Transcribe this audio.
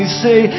say